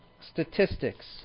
statistics